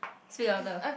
speak louder